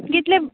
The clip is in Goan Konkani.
कितले